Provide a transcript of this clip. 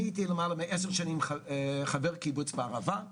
הייתי למעלה מעשר שנים חבר קיבוץ בערבה,